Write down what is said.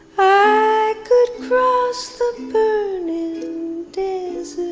i could cross burning desert,